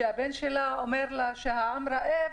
שהבן שלה אומר לה שהעם רעב,